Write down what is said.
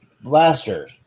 blaster